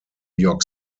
york